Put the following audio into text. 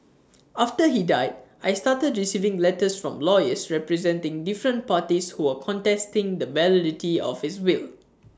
after he died I started receiving letters from lawyers representing different parties who were contesting the validity of his will